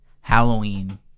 Halloween